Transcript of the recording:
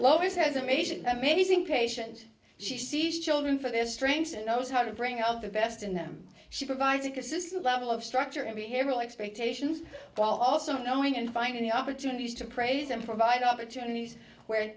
is has amazing amazing patient she sees children for their strengths and knows how to bring out the best in them she provides a consistent level of structure and behavioral expectations while also knowing and finding the opportunities to praise and provide opportunities where